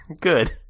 Good